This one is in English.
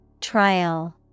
Trial